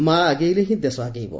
ମା ଆଗେଇଲେ ହିଁ ଦେଶ ଆଗେଇବ